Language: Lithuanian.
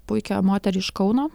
puikią moterį iš kauno